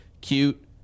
cute